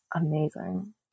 amazing